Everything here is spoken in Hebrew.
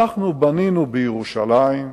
אנחנו בנינו בירושלים.